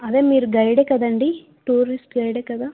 అదే మీరు గైడ్ ఏ కదండి టూరిస్ట్ గైడ్ ఏ కదా